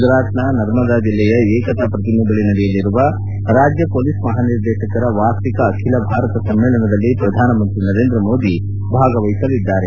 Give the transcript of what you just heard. ಗುಜರಾತ್ನ ನರ್ಮದಾ ಜಿಲ್ಲೆಯ ಏಕತಾ ಪ್ರತಿಮೆ ಬಳಿ ನಡೆಯಲಿರುವ ರಾಜ್ಯ ಮೊಲೀಸ್ ಮಹಾನಿರ್ದೇಶಕರ ವಾರ್ಷಿಕ ಅಖಿಲ ಭಾರತ ಸಮ್ಮೇಳನದಲ್ಲಿ ಪ್ರಧಾನಮಂತ್ರಿ ನರೇಂದ್ರ ಮೋದಿ ಭಾಗವಹಿಸಲಿದ್ದಾರೆ